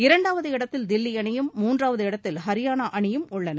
இரண்டாவது இடத்தில் தில்லி அணியும் மூன்றாவது இடத்தில் ஹரியானா அணியும் உள்ளன